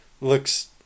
looks